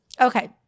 okay